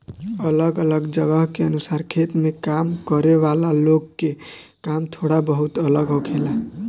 अलग अलग जगह के अनुसार खेत में काम करे वाला लोग के काम थोड़ा बहुत अलग होखेला